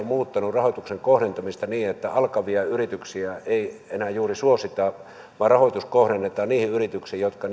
muuttanut rahoituksen kohdentamista niin että alkavia yrityksiä ei enää juuri suosita vaan rahoitus kohdennetaan niihin yrityksiin jotka